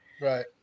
Right